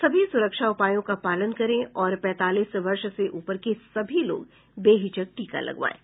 सभी सुरक्षा उपायों का पालन करें और पैंतालीस वर्ष से ऊपर के सभी लोग बेहिचक टीका लगवाएं